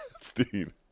Steve